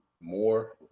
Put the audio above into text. more